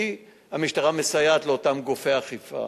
כי המשטרה מסייעת לאותם גופי אכיפה,